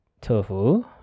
tofu